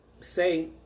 say